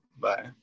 bye